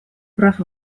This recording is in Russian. прав